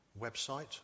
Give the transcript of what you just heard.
website